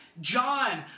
John